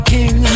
King